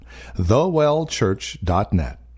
thewellchurch.net